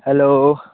hello